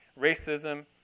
racism